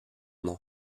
nom